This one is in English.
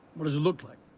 what does it look like?